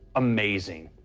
amazing.